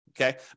Okay